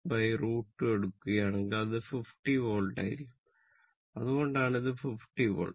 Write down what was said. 7√ 2 എടുക്കുകയാണെങ്കിൽ അത് 50 വോൾട്ട് ആയിരിക്കും അതുകൊണ്ടാണ് ഇത് 50 വോൾട്ട്